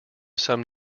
some